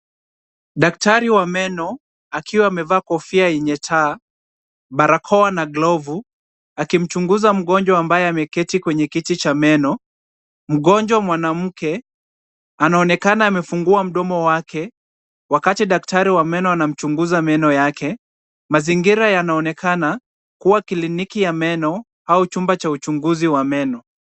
Daktari wa meno akiwa amevaa kofia yenye taa, barakoa na glovu akimchunguza mgonjwa ambaye ameketi kwenye kiti cha meno. Mgonjwa mwanamke anaonekana amefungua mdomo wake wakati daktari wa meno anamchunguza meno yake. Mazingira yanaonekana kuwa kliniki ya meno au chumba cha uchunguzi wa meno.